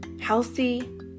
healthy